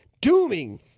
dooming